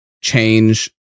change